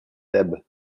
thèbes